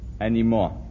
anymore